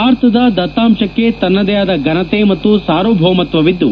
ಭಾರತದ ದತ್ತಾಂಶಕ್ಷಿ ತನ್ನದೇ ಆದ ಫನತೆ ಮತ್ತು ಸಾರ್ವಭೌಮತ್ತವಿದ್ದು